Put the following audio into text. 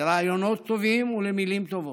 לרעיונות טובים ולמילים טובות,